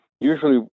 usually